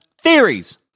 Theories